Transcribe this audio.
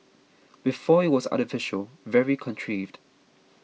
before it was artificial very contrived